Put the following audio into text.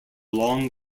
long